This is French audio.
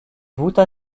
voûtes